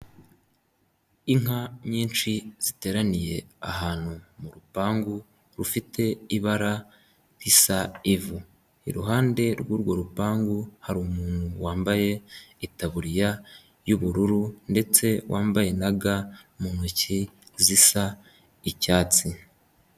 inka nyinshi ziteraniye ahantu mu rupangu rufite ibara risa ivu iruhande rw'urwo rupangu hari umuntu wambaye itaburiya y'ubururu ndetse wambaye na ga mu ntoki zisa icyatsi.